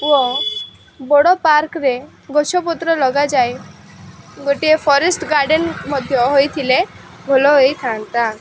ଓ ବଡ଼ ପାର୍କରେ ଗଛପତ୍ର ଲଗାଯାଇ ଗୋଟିଏ ଫରେଷ୍ଟ ଗାର୍ଡ଼େନ ମଧ୍ୟ ହୋଇଥିଲେ ଭଲ ହୋଇଥାନ୍ତା